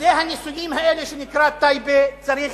שדה הניסויים הזה שנקרא טייבה צריך,